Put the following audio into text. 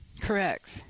Correct